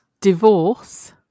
Divorce